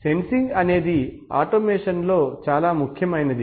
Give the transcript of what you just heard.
sensing అనేది automation లో చాలా ముఖ్యమైనది